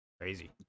crazy